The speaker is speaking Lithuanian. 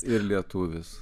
ir lietuvis